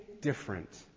different